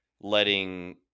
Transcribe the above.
letting